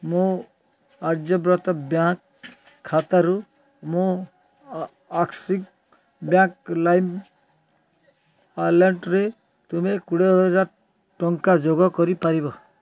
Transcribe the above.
ମୋ ଆର୍ଯ୍ୟବ୍ରତ ବ୍ୟାଙ୍କ୍ ଖାତାରୁ ମୋ ଆକ୍ସିସ୍ ବ୍ୟାଙ୍କ୍ ଲାଇମ୍ ୱାଲେଟ୍ରେ ତୁମେ କୋଡ଼ିଏ ହଜାର ଟଙ୍କା ଯୋଗ କରି ପାରିବ